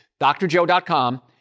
drjoe.com